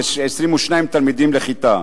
כ-22 תלמידים לכיתה.